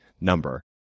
number